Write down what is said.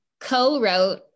co-wrote